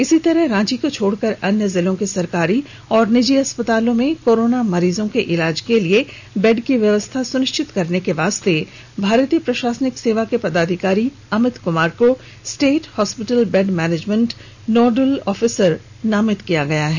इसी तरह रांची को छोड़कर अन्य जिलों के सरकारी एवं निजी अस्पतालों में कोरोना मरीजों के इलाज हेतु बेड की व्यवस्था सुनिश्चित करने के लिए भारतीय प्रशासनिक सेवा के पदाधिकारी अमित कुमार को state hospital bed management nodal officer नामित किया है